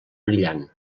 brillant